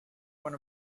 one